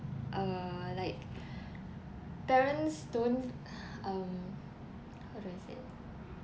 err like parents don't um how do I say